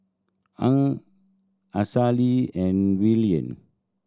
Hung Halsey and Verlyn